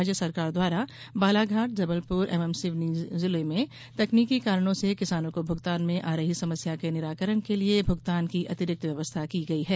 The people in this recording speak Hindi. राज्य सरकार द्वारा बालाघाट जबलपुर एवं सिवनी जिले में तकनीकी कारणों से किसानों को भुगतान में आ रही समस्या के निराकरण के लिए भुगतान की अतिरिक्त व्यवस्था की गई है